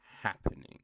happening